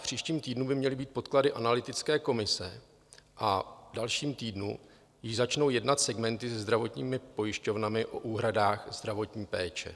V příštím týdnu by měly být podklady analytické komise a v dalším týdnu již začnou jednat segmenty se zdravotními pojišťovnami o úhradách zdravotní péče.